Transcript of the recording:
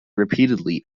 repeatedly